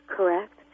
Correct